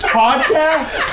podcast